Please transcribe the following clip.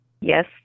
Yes